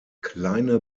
kleine